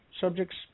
subjects